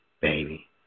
baby